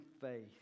faith